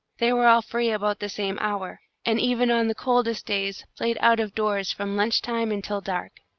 they were all free about the same hour, and even on the coldest days played out-of-doors from lunch-time until dark.